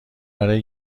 برای